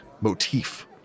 motif